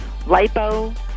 lipo